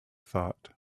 thought